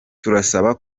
turasaba